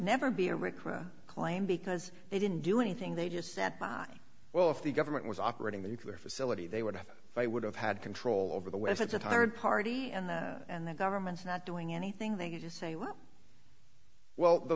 never be a recruiter claim because they didn't do anything they just said by well if the government was operating the nuclear facility they would have they would have had control over the west it's a third party and the and the government's not doing anything they just say what well the